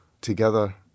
together